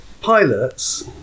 pilots